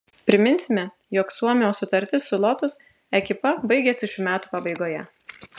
priminsime jog suomio sutartis su lotus ekipa baigiasi šių metų pabaigoje